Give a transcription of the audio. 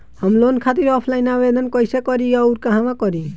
हम लोन खातिर ऑफलाइन आवेदन कइसे करि अउर कहवा करी?